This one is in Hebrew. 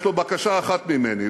יש לו בקשה אחת ממני,